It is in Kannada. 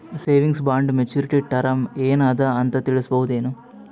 ಸೇವಿಂಗ್ಸ್ ಬಾಂಡ ಮೆಚ್ಯೂರಿಟಿ ಟರಮ ಏನ ಅದ ಅಂತ ತಿಳಸಬಹುದೇನು?